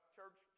Church